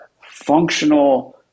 functional